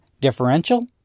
differential